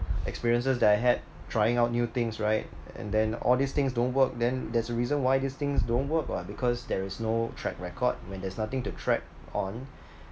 experiences that I had trying out new things right and then all these things don't work then there's a reason why these things don't work lah because there is no track record when there's nothing to track on